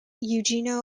eugenio